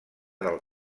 del